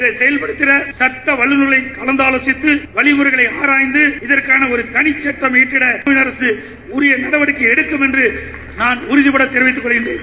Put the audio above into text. இதனை செயல்படுத்திட சுட்ட வல்லுர்களை கலந்தாலோசித்து அறிவுரைகளை ஆராய்ந்து இதற்காக தளிச் சட்டம் இபற்றிட தமிழக அரசு நடவடிக்கை எடுக்கும் என்று நாள் உறுதிபட தெரிவித்துக் கொள்கிறேன்